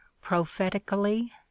prophetically